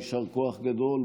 יישר כוח גדול,